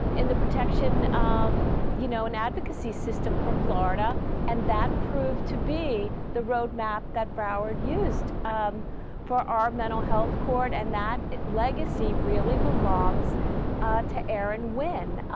in the protection um you know an advocacy system for florida and that proved to be the road map that broward used for our mental health court and that legacy really belongs to aaron wen.